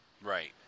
Right